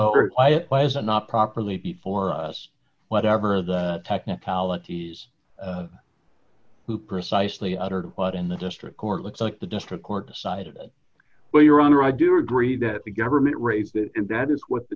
brown why was it not properly before us whatever the technicalities who precisely uttered what in the district court looks like the district court decided well your honor i do agree that the government raised that and that is what the